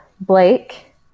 Blake